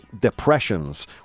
depressions